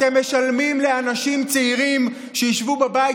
אתם משלמים לאנשים צעירים שישבו בבית